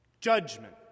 Judgment